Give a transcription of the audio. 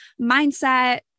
mindset